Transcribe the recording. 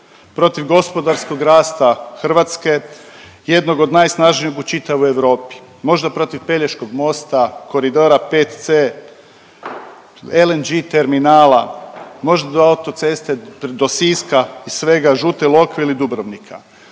protiv gospodarskog rasta Hrvatske jednog od najsnažnijeg u čitavoj Europi, možda protiv Pelješkog mosta, koridora VC, LNG terminala, možda autoceste do Siska i svega Žute Lokve ili Dubrovnika,